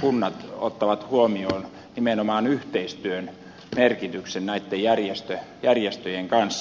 kunnat ottavat huomioon nimenomaan yhteistyön merkityksen näitten järjestöjen kanssa